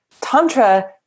Tantra